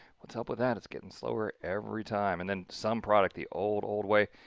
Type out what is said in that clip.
what's up with that? it's getting slower every time. and then sumproduct, the old, old way,